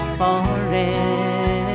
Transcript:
forever